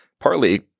partly